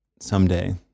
someday